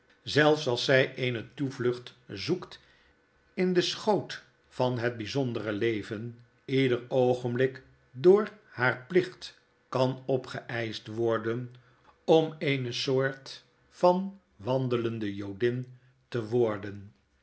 zelfs als zy eene toevlucht zoekt in den schoot van het bijzondere leven ieder oogenblik door haar plicht kan opgeeischt worden om eene soort van wandelende jodin te worden